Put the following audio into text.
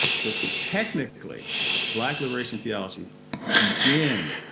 so technically black liberation theology begins